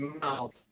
mouth